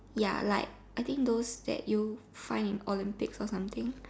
ya like I think those that you find in Olympics or something